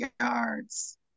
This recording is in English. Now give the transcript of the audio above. yards